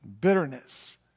bitterness